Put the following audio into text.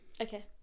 okay